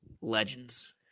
Legends